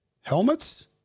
helmets